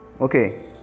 okay